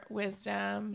wisdom